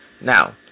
Now